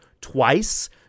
twice